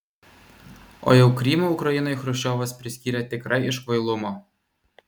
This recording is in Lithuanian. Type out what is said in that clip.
o jau krymą ukrainai chruščiovas priskyrė tikrai iš kvailumo